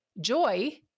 Joy